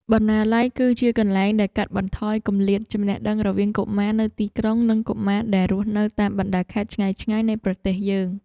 បណ្ណាល័យ គឺជាកន្លែងដែលកាត់បន្ថយគម្លាតចំណេះដឹងរវាងកុមារនៅទីក្រុង និងកុមារដែលរស់នៅតាមបណ្តាខេត្តឆ្ងាយៗនៃប្រទេសយើង។